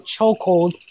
chokehold